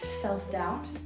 self-doubt